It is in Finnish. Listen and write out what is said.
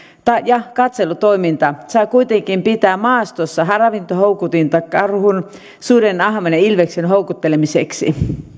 ja katselutoiminta saa kuitenkin pitää maastossa ravintohoukutinta karhun suden ahman ja ilveksen houkuttelemiseksi